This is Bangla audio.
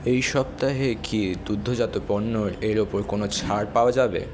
এই সপ্তাহে কি দুদ্ধজাত পণ্য এর ওপর কোনও ছাড় পাওয়া যাবে